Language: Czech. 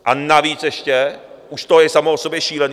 A navíc ještě už to je samo o sobě šílené.